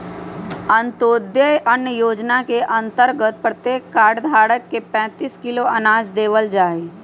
अंत्योदय अन्न योजना के अंतर्गत प्रत्येक कार्ड धारक के पैंतीस किलो अनाज देवल जाहई